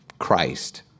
christ